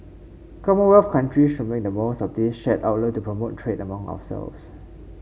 commonwealth countries should make the most of this shared outlook to promote trade among ourselves